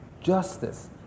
justice